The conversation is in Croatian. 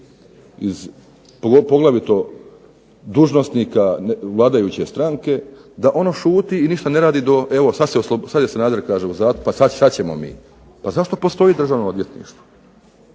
iz poglavito, dužnosnika vladajuće stranke, da ono šuti i ništa ne radi, sada kaže Sanader je u zatvoru pa kaže sada ćemo mi. Zašto postoji Državno odvjetništvo?